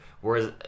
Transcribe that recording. Whereas